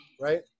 right